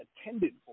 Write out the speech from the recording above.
attended